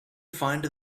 find